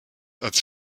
als